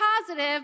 positive